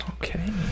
Okay